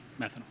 methanol